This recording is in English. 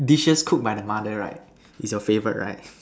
dishes cooked by the mother right is your favourite right